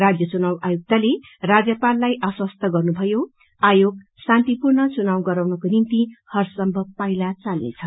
राज्य चुनाव आयुक्तले राज्यपाललाई आश्वास्त गर्नुभयो आयोग शान्तिपूर्ण चुनाव गराउनको निम्ति हरसम्भव कदम उठाउनेछ